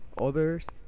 Others